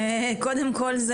קודם כל,